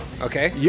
Okay